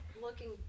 looking